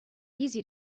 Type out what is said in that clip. easy